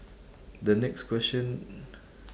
the next question